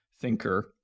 thinker